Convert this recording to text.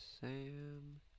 Sam